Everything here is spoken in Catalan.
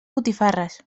botifarres